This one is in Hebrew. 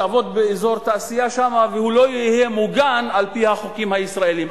יעבוד באזור תעשייה שם ולא יהיה מוגן על-פי החוקים הישראליים.